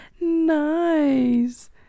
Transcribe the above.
nice